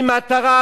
היא מטרה,